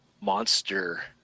monster